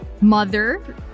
Mother